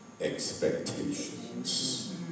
expectations